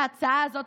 להצעה הזאת,